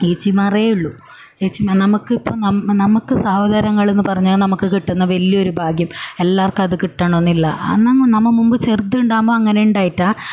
ഏച്ചിമാരെ ഉള്ളൂ ഏച്ചിമാ നമുക്കിപ്പോൾ നമ് നമുക്ക് സഹോദരങ്ങൾ എന്നു പറഞ്ഞാൽ നമുക്ക് കിട്ടുന്ന വലിയ ഒരു ഭാഗ്യം എല്ലാവർക്കും അത് കിട്ടണമെന്നില്ല അന്നെങ്കി നമ്മൾ മുൻപ് ചെറുതുണ്ടാകുമ്പോൾ അങ്ങനെ ഉണ്ടായിട്ടാണ്